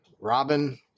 Robin